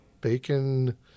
bacon